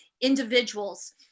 individuals